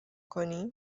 کنی